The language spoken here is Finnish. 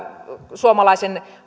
suomalaisen